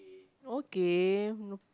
okay no